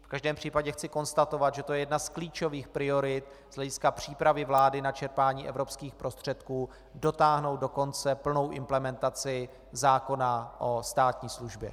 V každém případě chci konstatovat, že to je jedna z klíčových priorit z hlediska přípravy vlády na čerpání evropských prostředků dotáhnout do konce plnou implementaci zákona o státní službě.